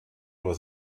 nur